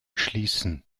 schließen